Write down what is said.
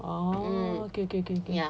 oh okay okay okay